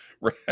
Right